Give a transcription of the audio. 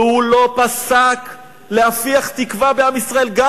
והוא לא פסק להפיח תקווה בעם ישראל גם